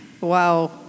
Wow